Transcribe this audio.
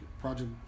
project